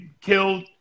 killed